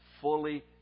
fully